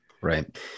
Right